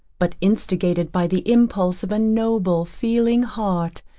but instigated by the impulse of a noble feeling heart,